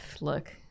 look